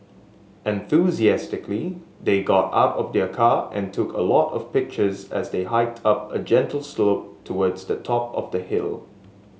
enthusiastically they got out of their car and took a lot of pictures as they hiked up a gentle slope towards the top of the hill